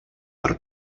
per